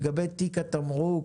לגבי תיק התמרוק,